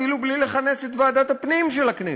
אפילו בלי לכנס את ועדת הפנים של הכנסת,